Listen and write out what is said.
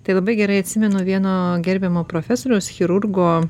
tai labai gerai atsimenu vieno gerbiamo profesoriaus chirurgo